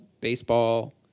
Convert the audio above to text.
baseball